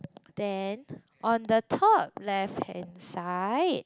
then on the top left hand side